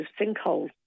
sinkhole